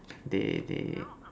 they they